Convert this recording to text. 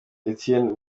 etienne